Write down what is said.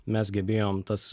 mes gebėjom tas